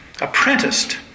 apprenticed